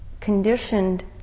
conditioned